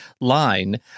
line